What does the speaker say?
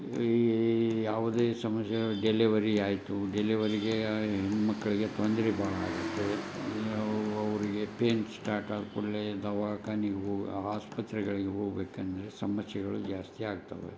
ಈ ಯಾವುದೇ ಸಮಸ್ಯೆಗಳು ಡೆಲಿವರಿ ಆಯಿತು ಡೆಲಿವರಿಗೆ ಆ ಹೆಣ್ಮಕ್ಕಳಿಗೆ ತೊಂದರೆ ಭಾಳ ಆಗುತ್ತೆ ಅವು ಅವ್ರಿಗೆ ಪೇಯ್ನ್ ಸ್ಟಾರ್ಟ್ ಆದ ಕೂಡಲೆ ದವಾಖಾನಿಗೆ ಹೊ ಆಸ್ಪತ್ರೆಗಳಿಗೆ ಹೋಗ್ಬೇಕಂದರೆ ಸಮಸ್ಯೆಗಳು ಜಾಸ್ತಿ ಆಗ್ತವೆ